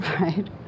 right